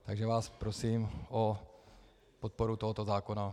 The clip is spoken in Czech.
Takže vás prosím o podporu tohoto zákona.